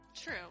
True